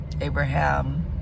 Abraham